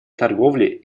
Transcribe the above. торговли